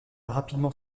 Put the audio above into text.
rapidement